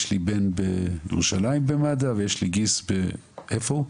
יש לי בן בירושלים במד"א ויש לי גיס איפה הוא?